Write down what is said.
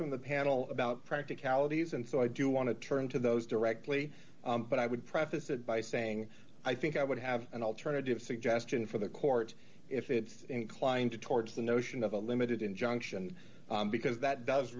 from the panel about practicalities and so i do want to turn to those directly but i would preface it by saying i think i would have an alternative suggestion for the court if it is inclined towards the notion of a limited injunction because that does